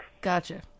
Gotcha